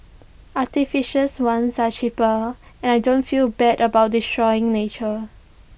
artificial ones are cheaper and I don't feel bad about destroying nature